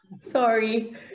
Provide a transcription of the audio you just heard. Sorry